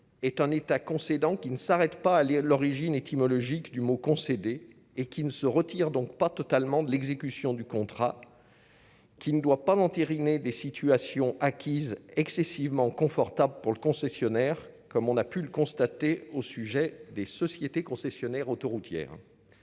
est un État concédant qui ne s'arrête pas à lire l'origine étymologique du mot concéder et qui ne se retire donc pas totalement de l'exécution du contrat. Qui ne doit pas entériner des situations acquises excessivement confortables pour le concessionnaire, comme on a pu le constater au sujet des sociétés concessionnaires autoroutières